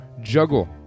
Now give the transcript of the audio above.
juggle